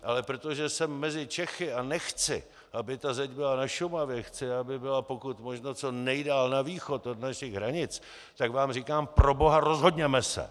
Ale protože jsem mezi Čechy a nechci, aby ta zeď byla na Šumavě, chci, aby byla pokud možno co nejdál na východ od našich hranic, tak vám říkám: Proboha, rozhodněme se!